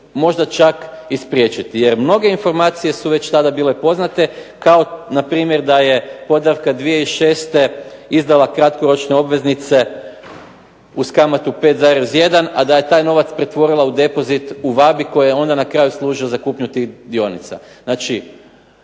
možda čak i spriječiti, jer mnoge informacije su već tada bile poznate, kao npr. da je Podravka 2006. izdala kratkoročne obveznice uz kamatu 5,1, a da je taj novac pretvorila u depozit u VABA koja je onda na kraju služila za kupnju tih dionica.